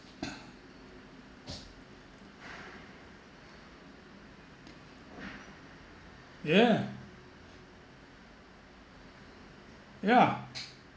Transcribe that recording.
yeah yeah